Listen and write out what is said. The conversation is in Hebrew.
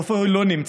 או איפה היא לא נמצאת,